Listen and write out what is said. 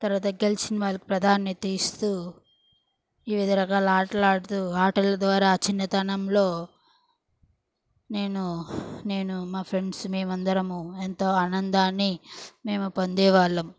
తర్వాత గెలిచిన వాళ్ళకు ప్రాధాన్యత ఇస్తూ వివిధ రకాల ఆటలాడుతూ ఆటల ద్వారా చిన్నతనంలో నేను నేను మా ఫ్రెండ్స్ మేము అందరము ఎంతో ఆనందాన్ని మేము పొందే వాళ్ళం